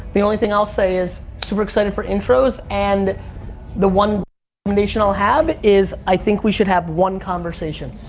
the only thing i'll say is, super excited for intros, and the one recommendation i'll have is, i think we should have one conversation.